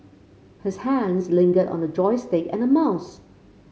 his hands lingered on a joystick and a mouse